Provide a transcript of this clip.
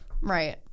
right